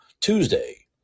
Tuesday